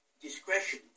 discretion